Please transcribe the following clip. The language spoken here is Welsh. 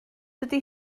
dydy